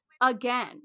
again